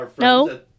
No